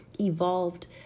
evolved